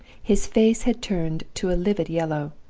his face had turned to a livid yellow,